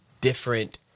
different